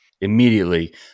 immediately